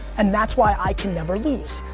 and that's why i can never lose.